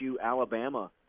Alabama